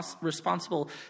responsible